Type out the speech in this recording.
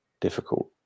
difficult